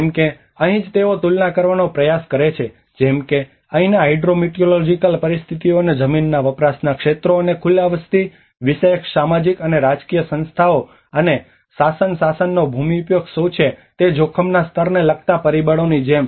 જેમ કે અહીં જ તેઓ તુલના કરવાનો પ્રયાસ કરે છે જેમ કે અહીંના હાઇડ્રોમેટિઓલોજિકલ પરિસ્થિતિઓ અને જમીનના વપરાશના ક્ષેત્રો અને ખુલ્લા વસ્તી વિષયક સામાજિક અને રાજકીય સંસ્થાઓ અને શાસન શાસનનો ભૂમિ ઉપયોગ શું છે તે જોખમના સ્તરને લગતા પરિબળોની જેમ